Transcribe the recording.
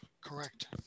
correct